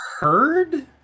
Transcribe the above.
heard